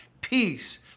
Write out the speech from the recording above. peace